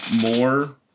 more